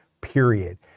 period